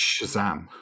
Shazam